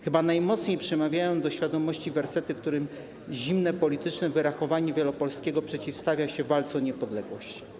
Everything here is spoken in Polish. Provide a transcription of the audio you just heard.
Chyba najmocniej przemawiają do świadomości wersety, w których zimne polityczne wyrachowanie Wielopolskiego przeciwstawia się walce o niepodległość.